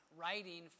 writing